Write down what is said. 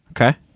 Okay